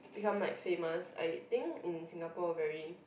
become like famous I think in Singapore very